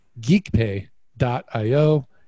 Geekpay.io